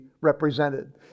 represented